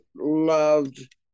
loved